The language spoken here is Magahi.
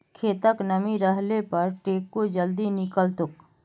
खेतत नमी रहले पर टेको जल्दी निकलतोक